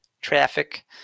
traffic